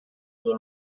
iyi